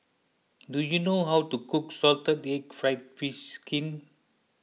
do you know how to cook Salted Egg Fried Fish Skin